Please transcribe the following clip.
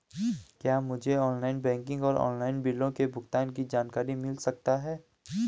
क्या मुझे online banking और ऑनलाइन बिलों के भुगतान की जानकारी मिल सकता है?